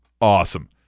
Awesome